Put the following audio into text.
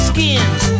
Skins